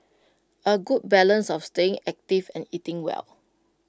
A good balance of staying active and eating well